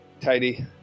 tidy